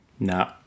No